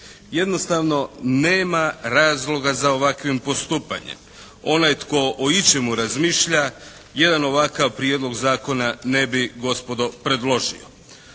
Jednostavno, nema razloga za ovakvim postupanjem. Onaj tko o ičemu razmišlja jedan ovakav prijedlog zakona ne bi gospodo predložio.